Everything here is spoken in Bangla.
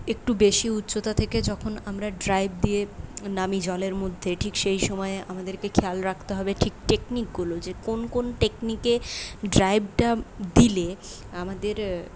একটু বেশি উচ্চতা থেকে যখন আমরা ডাইভ দিয়ে নামি জলের মধ্যে ঠিক সেই সময়ে আমাদেরকে খেয়াল রাখতে হবে ঠিক টেকনিকগুলো যে কোন কোন টেকনিকে ডাইভটা দিলে আমাদের